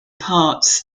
parts